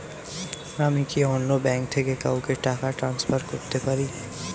আমি কি অন্য ব্যাঙ্ক থেকে কাউকে টাকা ট্রান্সফার করতে পারি?